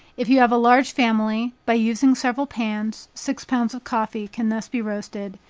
if you have a large family, by using several pans, six pounds of coffee can thus be roasted,